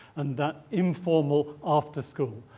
and that informal after-school.